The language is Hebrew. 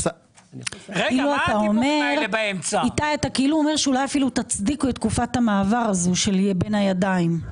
אתה אומר שאולי אפילו תצדיקו את תקופת המעבר הזו שיהיה בין הידיים.